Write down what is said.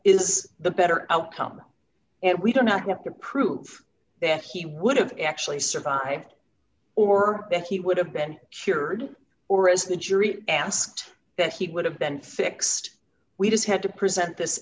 is the better outcome and we do not have to prove that he would have actually survived or that he would have been cured or as the jury asked that he would have been fixed we just had to present this